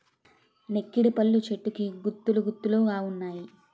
నెక్కిడిపళ్ళు చెట్టుకు గుత్తులు గుత్తులు గావున్నాయి